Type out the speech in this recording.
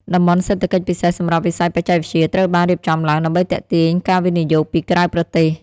តំបន់សេដ្ឋកិច្ចពិសេសសម្រាប់វិស័យបច្ចេកវិទ្យាត្រូវបានរៀបចំឡើងដើម្បីទាក់ទាញការវិនិយោគពីក្រៅប្រទេស។